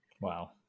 Wow